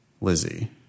Lizzie